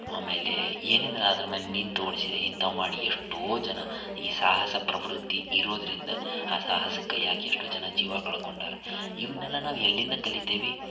ಆಮೇಲೆ ಏನೇನು ಅದ್ರ ಮ್ಯಾಲೆ ನಿಂತು ಓಡಿಸಿದೆ ಇಂಥಾವ್ ಮಾಡಿ ಎಷ್ಟೋ ಜನ ಈ ಸಾಹಸ ಪ್ರವೃತ್ತಿ ಇರೋದರಿಂದ ಆ ಸಾಹಸಕ್ಕೆ ಕೈ ಹಾಕಿ ಎಷ್ಟೋ ಜನ ಜೀವ ಕಳ್ಕೊಂಡಾರ ಇವನ್ನೆಲ್ಲ ನಾವು ಎಲ್ಲಿಂದ ಕಲಿತೇವೆ